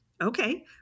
Okay